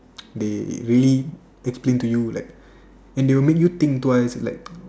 they really explain to you like and they will make you think twice like